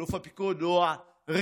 אלוף הפיקוד הוא הריבון